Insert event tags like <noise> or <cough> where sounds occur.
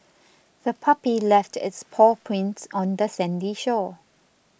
<noise> the puppy left its paw prints on the sandy shore